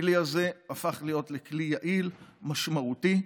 הכלי הזה הפך להיות לכלי יעיל, משמעותי.